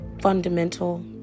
fundamental